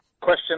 Question